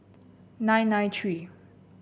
nine nine three